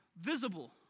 visible